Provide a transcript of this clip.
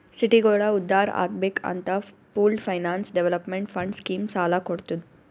ಸಿಟಿಗೋಳ ಉದ್ಧಾರ್ ಆಗ್ಬೇಕ್ ಅಂತ pooled finance development fund scheme ಸಾಲ ಕೊಡ್ತುದ್